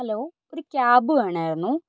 hello ഒരു cab വേണമായിരുന്നു